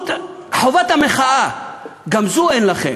חובת המחאה, גם זו אין לכם.